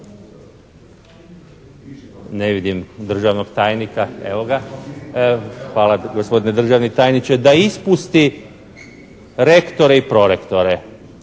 ne vidim državnog tajnika, evo ga, hvala gospodine državni tajniče, da ispusti rektore i prorektore.